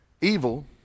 Evil